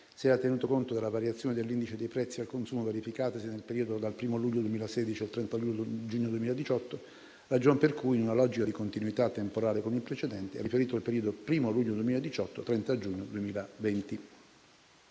si era tenuto conto della variazione dell'indice dei prezzi al consumo verificatasi nel periodo dal 1° luglio 2016 al 30 giugno 2018, ragion per cui, in una logica di continuità temporale con il precedente, è riferito al periodo dal 1° luglio 2018 al 30 giugno 2020.